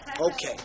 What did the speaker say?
Okay